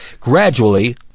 Gradually